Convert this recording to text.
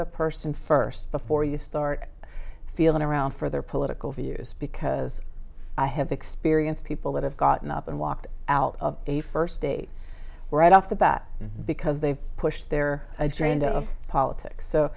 the person first before you start feeling around for their political views because i have experienced people that have gotten up and walked out of a first date right off the bat because they've pushed their dreams out of politics so